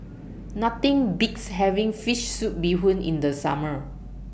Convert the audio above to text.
Nothing Beats having Fish Soup Bee Hoon in The Summer